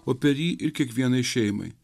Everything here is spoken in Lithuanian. o per jį ir kiekvienai šeimai